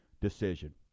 decision